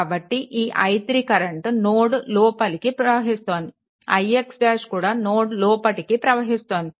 కాబట్టి ఈ i3 current node లోపలికి ప్రవహిస్తోంది ix ' కూడా నోడ్ లోపలికి ప్రవహిస్తోంది